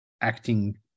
acting